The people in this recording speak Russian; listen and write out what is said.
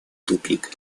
тупик